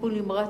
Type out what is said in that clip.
בטיפול נמרץ,